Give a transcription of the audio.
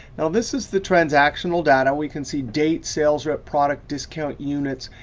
now this is the transactional data. we can see date, sales rep, product, discount units,